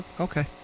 okay